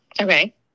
Okay